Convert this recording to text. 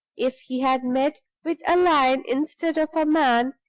if he had met with a lion instead of a man,